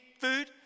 food